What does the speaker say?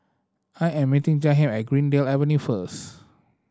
I am meeting Jahiem at Greendale Avenue first